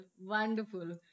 wonderful